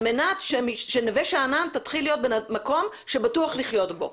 מנת שנווה שאנן תתחיל להיות מקום שבטוח לחיות בו?